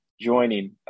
joining